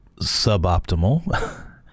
suboptimal